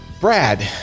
Brad